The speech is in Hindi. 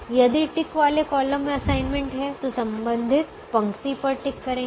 यदि टिक वाले कॉलम में असाइनमेंट है तो संबंधित पंक्ति पर टिक करेंगे